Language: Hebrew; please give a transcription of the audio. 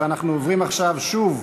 ואנחנו עוברים עכשיו שוב,